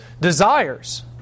desires